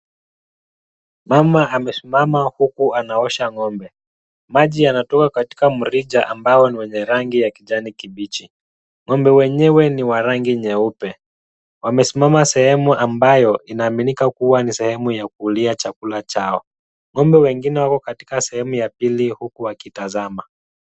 Mama amesimama huku anaosha ng'ombe. Maji yanatoka katika mrija ambao ni wenye rangi ya kijani kibichi. Ng'ombe wenyewe ni wa rangi nyeupe. Wamesimama sehemu ambayo inaaminika kuwa ni sehemu ya kukulia chakula chao. Ng'ombe wengine wako katika sehemu ya pili huku wakitazama.